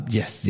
yes